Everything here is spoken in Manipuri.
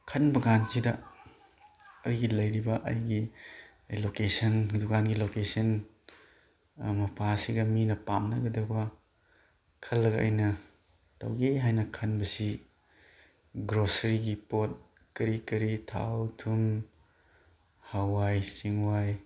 ꯈꯟꯕ ꯀꯥꯟꯁꯤꯗ ꯑꯩꯒꯤ ꯂꯩꯔꯤꯕ ꯑꯩꯒꯤ ꯂꯣꯀꯦꯁꯟ ꯗꯨꯀꯥꯟꯒꯤ ꯂꯣꯀꯦꯁꯟ ꯃꯄꯥꯁꯤꯒ ꯃꯤꯅ ꯄꯥꯝꯅꯒꯗꯧꯕ ꯈꯜꯂꯒ ꯑꯩꯅ ꯇꯧꯒꯦ ꯍꯥꯏꯅ ꯈꯟꯕꯁꯤ ꯒ꯭ꯔꯣꯁꯔꯤꯒꯤ ꯄꯣꯠ ꯀꯔꯤ ꯀꯔꯤ ꯊꯥꯎ ꯊꯨꯝ ꯍꯋꯥꯏ ꯆꯦꯡꯋꯥꯏ